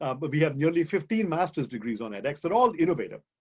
ah but we have nearly fifteen master's degrees on edx they're all innovative.